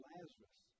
Lazarus